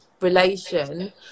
relation